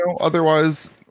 otherwise